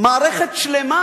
מערכת שלמה,